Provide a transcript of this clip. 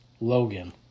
Logan